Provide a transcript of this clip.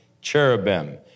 cherubim